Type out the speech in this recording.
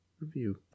review